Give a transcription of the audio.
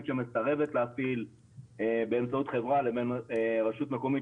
שמסרבת להטיל באמצעות חברה לבין רשות מקומית